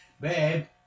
babe